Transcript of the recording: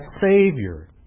Savior